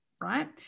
right